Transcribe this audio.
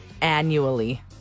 annually